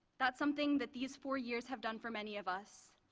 that's something that these four years have done for many of us,